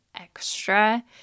extra